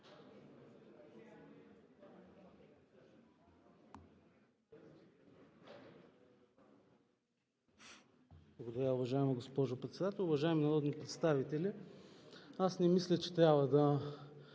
Благодаря, уважаема госпожо Председател. Уважаеми народни представители! Аз не мисля, че трябва да